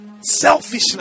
Selfishness